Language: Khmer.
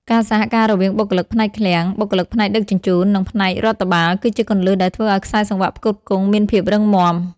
ការសហការរវាងបុគ្គលិកផ្នែកឃ្លាំង បុគ្គលិកផ្នែកដឹកជញ្ជូន និងផ្នែករដ្ឋបាល គឺជាគន្លឹះដែលធ្វើឱ្យខ្សែសង្វាក់ផ្គត់ផ្គង់មានភាពរឹងមាំ។